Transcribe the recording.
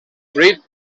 fruit